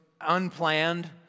unplanned